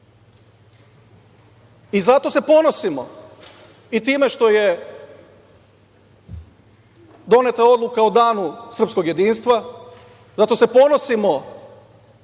Zato se ponosimo i time što je doneta odluka o danu srpskog jedinstva, zato se ponosimo